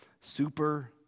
super